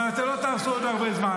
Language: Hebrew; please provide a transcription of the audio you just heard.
אבל אתם לא תהרסו עוד הרבה זמן,